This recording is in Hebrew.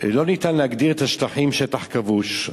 לא ניתן להגדיר את השטחים "שטח כבוש".